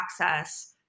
access